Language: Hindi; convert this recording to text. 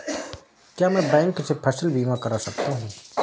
क्या मैं बैंक से फसल बीमा करा सकता हूँ?